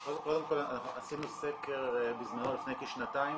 קודם כל עשינו סקר בזמנו, לפני כשנתיים,